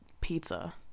pizza